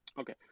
Okay